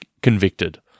convicted